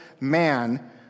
man